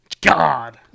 God